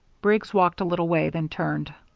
briggs walked a little way, then turned.